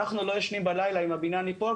אנחנו לא ישנים בלילה אם הבניין ייפול,